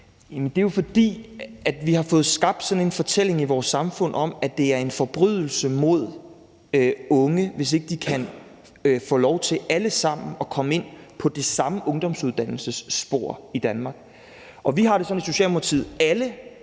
Det er jo, fordi vi har fået skabt en fortælling i vores samfund om, at det er en forbrydelse mod unge, hvis ikke de alle sammen kan få lov til at komme ind på det samme ungdomsuddannelsesspor i Danmark. Og vi har det sådan i Socialdemokratiet,